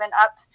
up